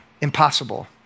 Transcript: impossible